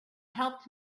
helped